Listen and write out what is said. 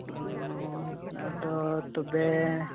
ᱚᱻ ᱟᱫᱚ ᱛᱚᱵᱮ